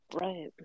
right